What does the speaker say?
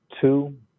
two